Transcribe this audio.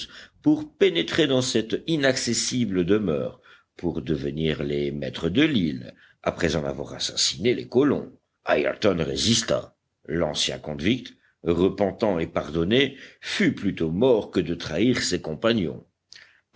pour pénétrer dans cette inaccessible demeure pour devenir les maîtres de l'île après en avoir assassiné les colons ayrton résista l'ancien convict repentant et pardonné fût plutôt mort que de trahir ses compagnons